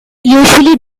usually